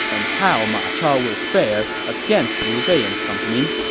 and how ma chao will fare against liu bei and company,